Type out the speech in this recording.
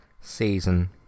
season